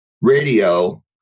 radio